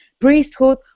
priesthood